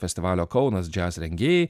festivalio kaunas jazz rengėjai